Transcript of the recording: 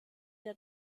der